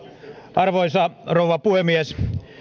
arvoisa rouva puhemies